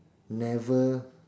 never